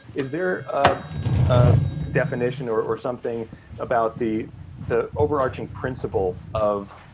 is there a ah definition or or something about the the overarching principle of,